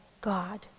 God